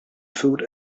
food